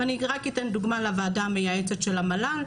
אני רק אתן דוגמה לוועדה המייעצת של המל"ל.